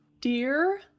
Dear